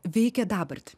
veikia dabartį